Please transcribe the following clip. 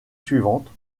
suivantes